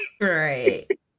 right